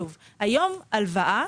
היום הלוואה